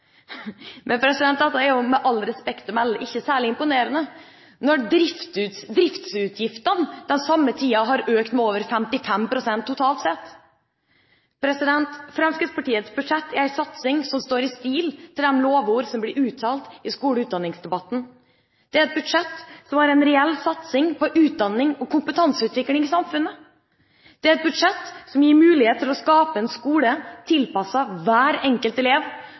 Men dette er med all respekt å melde ikke særlig imponerende når driftsutgiftene den samme tiden har økt med over 55 pst. totalt sett. Fremskrittspartiets budsjett er en satsing som står i stil med de lovord som blir uttalt i skole- og utdanningsdebatten. Det er et budsjett som har en reell satsing på utdanning og kompetanseutvikling i samfunnet. Det er et budsjett som gir mulighet til å skape en skole tilpasset hver enkelt elev.